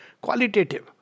Qualitative